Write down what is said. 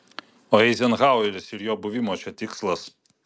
o eizenhaueris ir jo buvimo čia tikslas